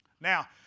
Now